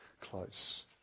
close